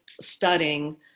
studying